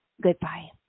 Goodbye